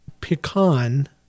pecan